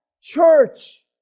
church